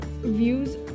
views